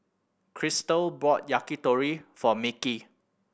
Christel bought Yakitori for Mickey